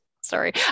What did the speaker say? Sorry